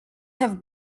have